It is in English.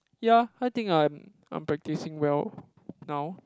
ya I think I'm I'm practising well now